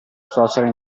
suocera